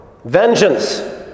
Vengeance